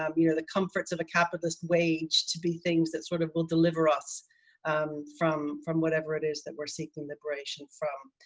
um you know the comforts of a capitalist wage to be things that sort of will deliver us from from whatever it is that we're seeking liberation from,